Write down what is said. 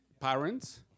Parents